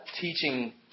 teaching